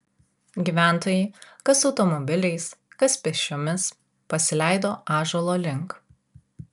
gyventojai kas automobiliais kas pėsčiomis pasileido ąžuolo link